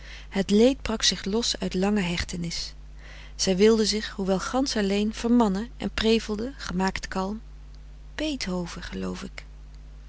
het leed brak zich los uit lange hechtenis zij wilde zich hoewel gansch alleen vermannen en prevelde gemaakt kalm beethoven geloof ik